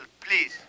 please